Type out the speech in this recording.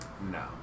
No